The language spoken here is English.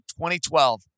2012